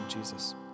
Jesus